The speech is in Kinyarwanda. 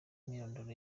imyirondoro